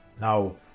Now